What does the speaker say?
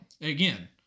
again